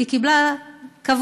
היא קיבלה כבוד,